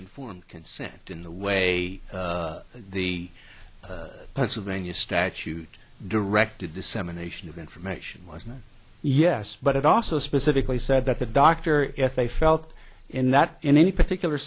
informed consent in the way the pennsylvania statute directed dissemination of information was not yes but it also specifically said that the doctor if they felt in that in any particular